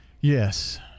Yes